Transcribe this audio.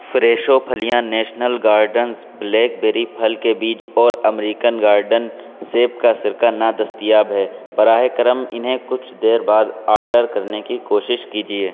فریشو پھلیاں national gardens black berry پھل کے بیج اور امریکن گارڈن سیب کا سرکہ نادستیاب ہے براہ کرم انہیں کچھ دیر بعد آڈر کرنے کی کوشش کیجیے